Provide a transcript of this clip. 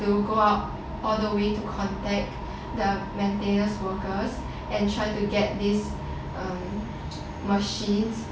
to go up all the way contact the maintenance workers and try to get these um machines